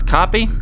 Copy